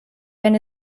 wenn